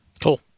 Cool